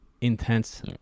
intense